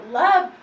love